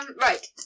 right